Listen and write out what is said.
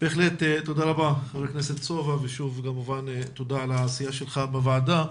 תודה רבה ח"כ סובה ושוב תודה על העשייה שלך בוועדה.